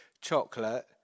chocolate